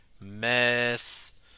meth